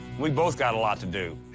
we both got a lot to do.